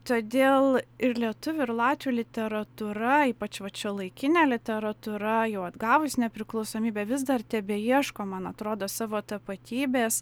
todėl ir lietuvių ir latvių literatūra ypač vat šiuolaikinė literatūra jau atgavus nepriklausomybę vis dar tebeieško man atrodo savo tapatybės